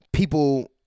People